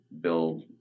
build